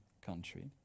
country